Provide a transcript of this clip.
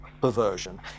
perversion